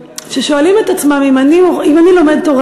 ששואלים את עצמם: אם אני לומד תורה